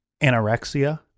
anorexia